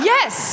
Yes